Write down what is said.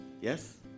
Yes